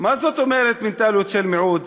מה זאת אומרת מנטליות של מיעוט?